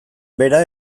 bera